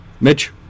Mitch